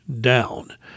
down